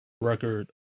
record